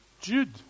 Jude